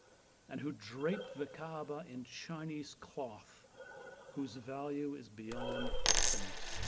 and who draped the kaaba in chinese cloth whose value is beyond estimate.